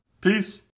Peace